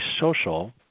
social